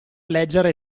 leggere